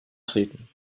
treten